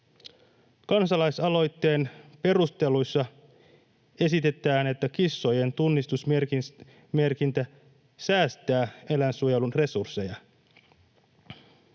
Kansalaisaloitteen perusteluissa esitetään, että kissojen tunnistusmerkintä säästää eläinsuojelun resursseja.